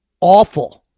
awful